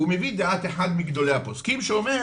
הוא מביא דעת אחד מגדולי הפוסקים שאומר